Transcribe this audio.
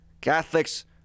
Catholics